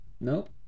Nope